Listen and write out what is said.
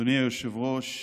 אדוני היושב-ראש,